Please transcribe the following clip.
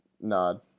nod